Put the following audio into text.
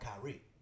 Kyrie